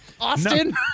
Austin